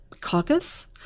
caucus